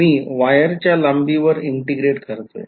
मी वायरच्या लांबीवर integrate करतोय